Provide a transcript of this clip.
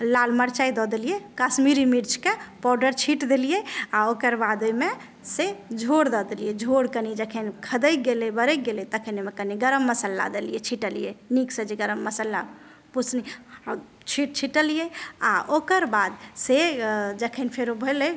लाल मरचाइ दऽ देलियै कश्मीरी मिर्चके पाउडर छींट देलियै आओर ओकर बाद ओइमेसँ झोर दऽ देलियै झोर कनि जखन खदकि गेलय बरकि गेलय तखन ओइमे कनि गरम मसल्ला देलियै छिंटलियै नीकसँ जे गरम मसल्ला छिंटलियै आओर ओकरबादसँ जखन फेरो भेलय